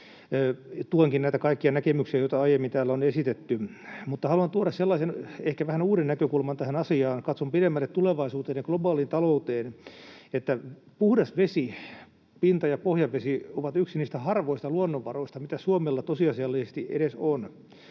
Tuenkin näitä kaikkia näkemyksiä, joita aiemmin täällä on esitetty, mutta haluan tuoda ehkä vähän uuden näkökulman tähän asiaan ja katson pidemmälle tulevaisuuteen ja globaaliin talouteen. Puhdas vesi, pinta- ja pohjavesi, on yksi niistä harvoista luonnonvaroista, mitä Suomella tosiasiallisesti edes on,